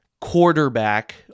quarterback